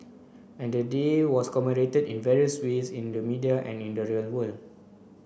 and the day was commemorated in various ways in the media and in the real world